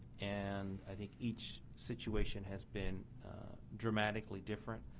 and i think each situation has been dramatically different.